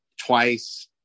twice